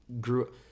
grew